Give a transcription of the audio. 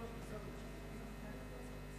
בסדר.